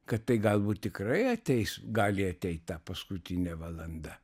kad tai galbūt tikrai ateis gali ateit ta paskutinė valanda